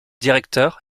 directeur